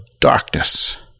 darkness